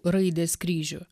raidės kryžių